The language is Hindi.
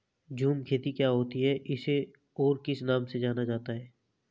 झूम खेती क्या होती है इसे और किस नाम से जाना जाता है?